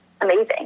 amazing